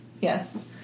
yes